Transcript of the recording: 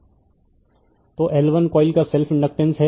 refer slide time 0046 तो L1 coil का self inductance है